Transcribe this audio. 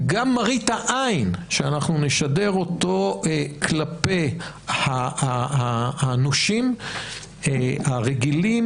גם מראית העין שנשדר כלפי הנושים הרגילים,